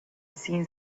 seen